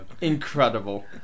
Incredible